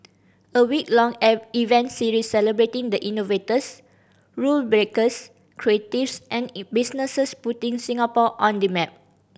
a week long event series celebrating the innovators rule breakers creatives and businesses putting Singapore on the map